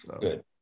Good